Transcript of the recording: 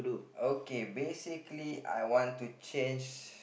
okay basically I want to change